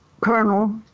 colonel